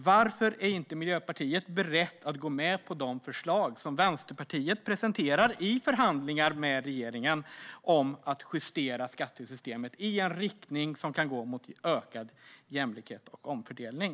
Varför är inte ni i Miljöpartiet beredda att gå med på de förslag som Vänsterpartiet presenterar i förhandlingar med regeringen om att justera skattesystemet i en riktning mot ökad jämlikhet och omfördelning?